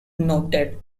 noted